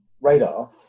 radar